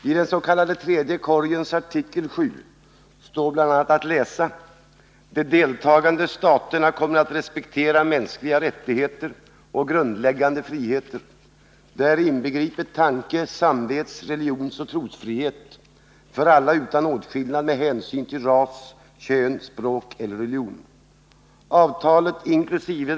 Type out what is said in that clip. I den s.k. tredje korgens artikel VII står bl.a. att läsa att ”de deltagande staterna kommer att respektera mänskliga rättigheter och grundläggande friheter, däri inbegripet tanke-, samvets-, religionsoch trosfrihet för alla utan åtskillnad med hänsyn till ras, kön, språk eller religion”. Avtalet — inkl.